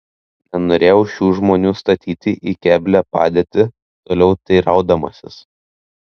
nenorėjau šių žmonių statyti į keblią padėtį toliau teiraudamasis